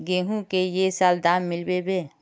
गेंहू की ये साल दाम मिलबे बे?